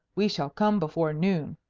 we shall come before noon.